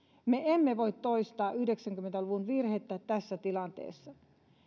me emme voi toistaa yhdeksänkymmentä luvun virhettä tässä tilanteessa